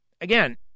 again